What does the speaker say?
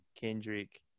Kendrick